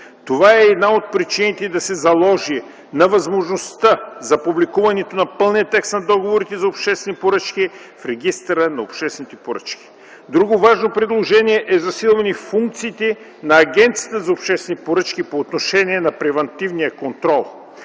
Това е една от причините да се заложи на възможността за публикуването на пълния текст на договорите за обществени поръчки в регистъра на обществените поръчки. Друго важно предложение е засилване функциите на Агенцията за обществени поръчки по отношение на превантивния контрол.